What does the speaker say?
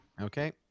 Okay